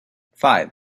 five